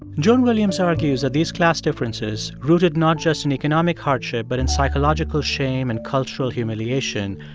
joan williams argues that these class differences, rooted not just in economic hardship but in psychological shame and cultural humiliation,